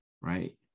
right